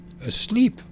asleep